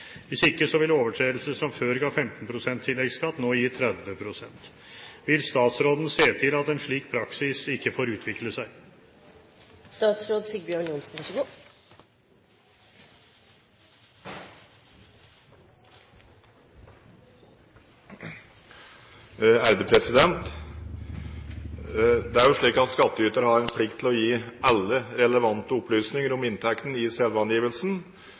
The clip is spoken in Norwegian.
ikke unnlater å opplyse for å unngå skatt, men av uerfarenhet eller misforståelse, må det utvises større aktsomhet fra Skatteetaten etter lovendringen. Hvis ikke vil overtredelser som før ga 15 pst. tilleggsskatt, nå gi 30 pst. Vil statsråden se til at en slik praksis ikke får utvikle seg?» Det er slik at skattyter har plikt til å gi